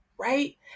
Right